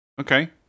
Okay